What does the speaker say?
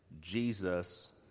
Jesus